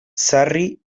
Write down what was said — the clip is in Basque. sarri